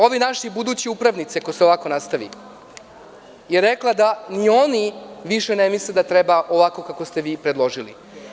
Ovi naši budući upravnici ako se ovako nastavi je rekla da ni oni više ne misle da treba ovako kako ste vi predložili.